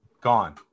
gone